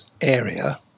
area